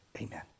amen